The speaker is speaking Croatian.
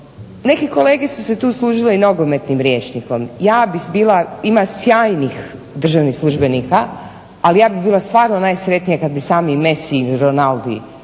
Neke kolege su se tu služile nogometnim rječnikom, ima sjajnih službenika ali ja bih bila najsretnija kada bi sami Messi i Ronaldi